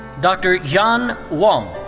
dr. yan wang.